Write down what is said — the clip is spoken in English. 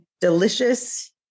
delicious